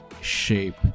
shape